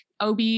ob